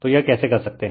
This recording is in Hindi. तो यह कैसे कर सकते है